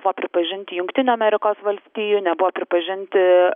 buvo pripažinti jungtinių amerikos valstijų nebuvo pripažinti